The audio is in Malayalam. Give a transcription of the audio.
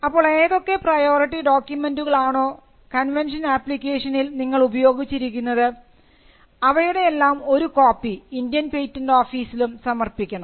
അപ്പോൾ ഏതൊക്കെ പ്രയോറിറ്റി ഡോക്യുമെൻറുകളാണോ കൺവെൻഷൻ ആപ്ലിക്കേഷനിൽ നിങ്ങൾ ഉപയോഗിച്ചിരിക്കുന്നത് അവയുടെയെല്ലാം ഒരു കോപ്പി ഇന്ത്യൻ പേറ്റന്റ് ഓഫീസിലും സമർപ്പിക്കണം